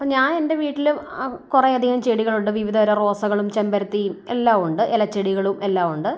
അപ്പം ഞാൻ എൻ്റെ വീട്ടിൽ കുറെ അധികം ചെടികളുണ്ട് വിവിധ തരം റോസകളും ചെമ്പരത്തിയും എല്ലാമുണ്ട് ഇല ചെടികളും എല്ലാമുണ്ട്